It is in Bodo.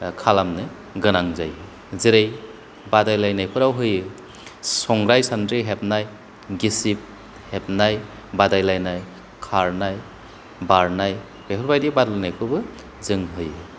खालामनो गोनां जायो जेरै बादायलायनायफोराव होयो संग्राय सान्द्रि हेबनाय गिसिब हेबनाय बादायलायनाय खारनाय बारनाय बेफोरबायदि बादायनायखौबो जों होयो